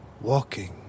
walking